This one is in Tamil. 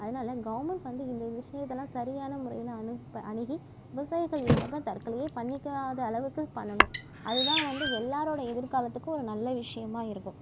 அதனால் கவர்மெண்ட் வந்து இந்த விஷயத்தல்லாம் சரியான முறையில் அணுப்பி அணுகி விவசாயிகள் இதுக்கப்புறம் தற்கொலையே பண்ணிக்காத அளவுக்கு பண்ணனும் அதுதான் வந்து எல்லாரோடைய எதிர்காலத்துக்கும் ஒரு நல்ல விஷயமாக இருக்கும்